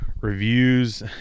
reviews